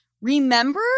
remember